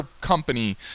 company